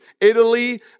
Italy